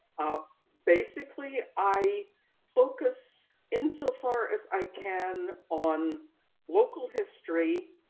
ah basically i focus, insofar as i can on local history.